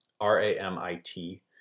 R-A-M-I-T